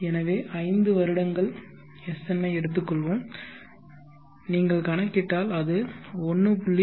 எனவே 5 வருடங்கள் Sn ஐ எடுத்துக்கொள்வோம் நீங்கள் கணக்கிட்டால் அது 1